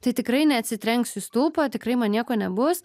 tai tikrai neatsitrenksiu į stulpą tikrai man nieko nebus